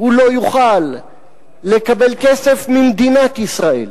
הוא לא יוכל לקבל כסף ממדינת ישראל.